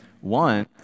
One